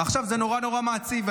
ועכשיו זה נורא נורא מעציב.